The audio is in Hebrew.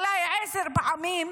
אולי עשר פעמים,